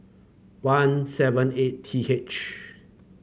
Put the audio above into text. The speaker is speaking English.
one seven eight T H